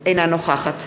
אינה נוכחת